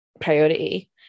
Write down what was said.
priority